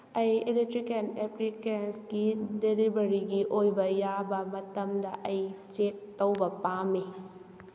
ꯑꯩ ꯏꯂꯦꯜꯇ꯭ꯔꯤꯀꯦꯟ ꯑꯦꯄ꯭ꯂꯤꯀꯦꯟꯁꯀꯤ ꯗꯤꯂꯤꯚꯔꯤꯒꯤ ꯑꯣꯏꯕ ꯌꯥꯕ ꯃꯇꯝꯗ ꯑꯩ ꯆꯦꯛ ꯇꯧꯕ ꯄꯥꯝꯃꯤ